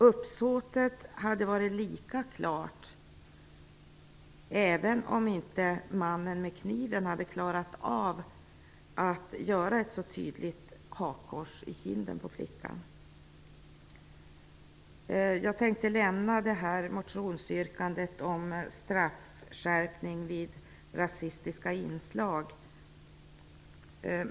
Uppsåtet hade varit lika klart även om inte mannen med kniven hade klarat av att göra ett så tydligt hakkors i kinden på flickan. Jag tänker lämna detta motionsyrkande om straffskärpning vid rasistiska inslag.